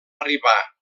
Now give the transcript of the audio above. arribar